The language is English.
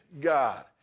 God